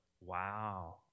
Wow